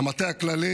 המטה הכללי.